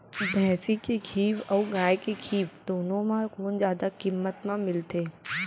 भैंसी के घीव अऊ गाय के घीव दूनो म कोन जादा किम्मत म मिलथे?